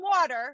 water